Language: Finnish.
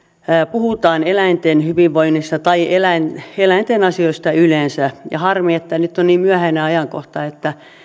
puhutaan eläinten hyvinvoinnista tai eläinten asioista yleensä harmi että nyt on niin myöhäinen ajankohta että